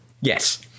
yes